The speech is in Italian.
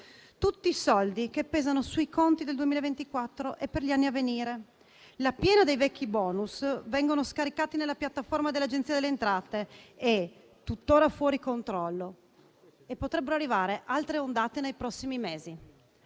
Tutti soldi che pesano sui conti del 2024 e per gli anni a venire. La piena dei vecchi bonus viene scaricata nella piattaforma dell'Agenzia delle entrate, tuttora fuori controllo; e potrebbero arrivare altre ondate nei prossimi mesi.